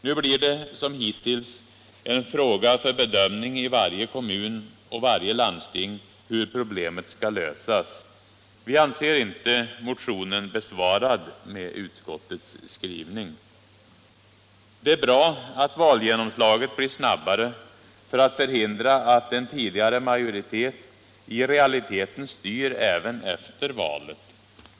Nu blir det som hittills en fråga för bedömning i varje kommun och varje landsting hur problemet skall lösas. Vi anser inte motionen besvarad med utskottets skrivning. Det är bra att valgenomslaget blir snabbare för att förhindra att en tidigare majoritet i realiteten styr även efter valet.